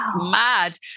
mad